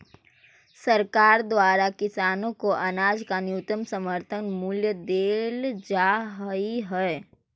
सरकार द्वारा किसानों को अनाज का न्यूनतम समर्थन मूल्य देल जा हई है